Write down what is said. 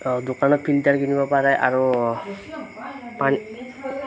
দোকানত ফিল্টাৰ কিনিব পাৰে আৰু পান